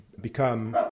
become